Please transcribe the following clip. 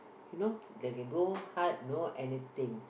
you know they can no heart no anything